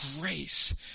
grace